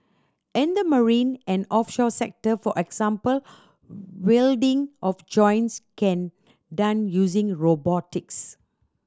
in the marine and offshore sector for example welding of joints can done using robotics